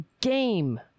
game